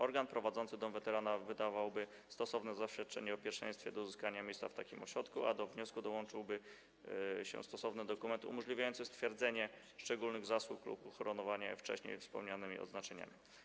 Organ prowadzący dom weterana wydawałby stosowne zaświadczenie o pierwszeństwie do uzyskania miejsca w takim ośrodku, a do wniosku dołączałoby się stosowny dokument umożliwiający stwierdzenie szczególnych zasług lub uhonorowanie wcześniej wspomnianymi odznaczeniami.